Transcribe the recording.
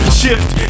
shift